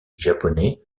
japonais